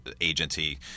agency